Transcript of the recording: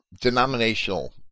denominational